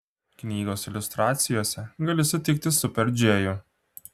knygos iliustracijose gali sutikti super džėjų